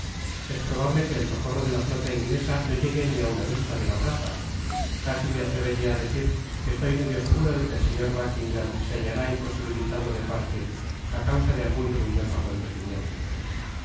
es probable que el socorro de la flota inglesa no tlegue ni aun á vista de la plaza casi me atrevería á decir que estoy medio seguro de que el señor buckingam se hallará imposibilitado de partir á causa de algun ruidoso acontecimiento